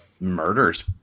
murders